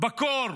בקור.